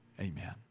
amen